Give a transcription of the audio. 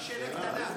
רק שאלה קטנה.